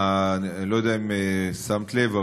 אני לא יודע אם שמת לב,